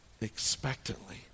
Expectantly